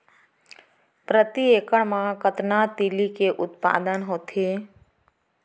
प्रति एकड़ मा कतना तिलि के उत्पादन होथे?